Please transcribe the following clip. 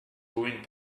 ruined